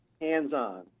hands-on